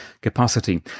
capacity